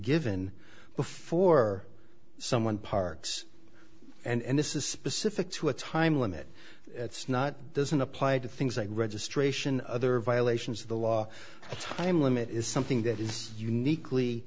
given before someone parks and this is specific to a time limit it's not doesn't apply to things like registration other violations of the law time limit is something that is uniquely